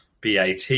BAT